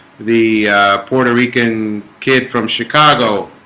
the puerto rican kid from chicago